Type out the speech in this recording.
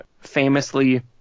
famously